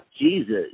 Jesus